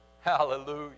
Hallelujah